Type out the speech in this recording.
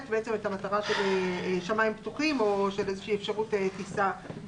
את המטרה של שמיים פתוחים ואפשרות טיסה.